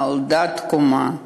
נולדה תקומה,